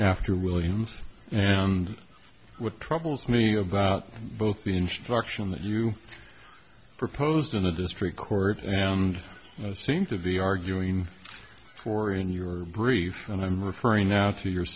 after williams and what troubles me about both the instruction that you proposed in a district court and seemed to be arguing for in your brief and i'm referring now to y